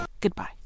Goodbye